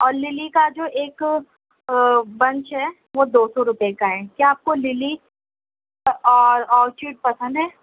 اور للی کا جو ایک بنچ ہے وہ دوسو روپے کا ہے کیا آپ کو للی اور اورچڈ پسند ہیں